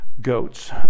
goats